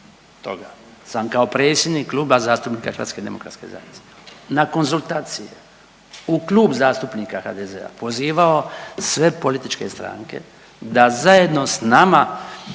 sam kao predsjednik Kluba zastupnika HDZ-a na konzultacije u Klub zastupnika HDZ-a pozivao sve političke stranke da zajedno s nama